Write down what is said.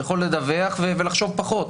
אתה יכול לדווח ולחשוב פחות,